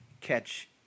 catch